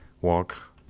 walk